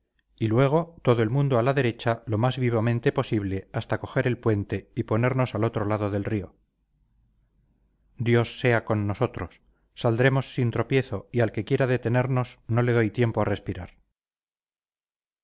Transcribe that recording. y luego todo el mundo a la derecha lo más vivamente posible hasta coger el puente y ponernos al otro lado del río dios sea con nosotros saldremos sin tropiezo y al que quiera detenemos no le doy tiempo a respirar